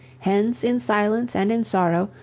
hence in silence and in sorrow,